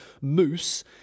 moose